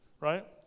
right